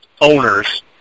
owners